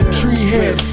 treehead